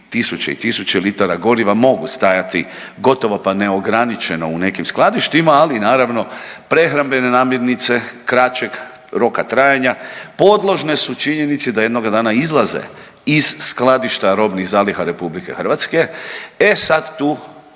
tisuće i tisuće litara goriva mogu stajati gotovo pa neograničeno u nekim skladištima, ali naravno prehrambene namirnice kraćeg roka trajanja podložne su činjenici da jednoga dana izlaze iz skladišta robnih zaliha RH. E sad tu